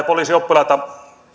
poliisioppilaita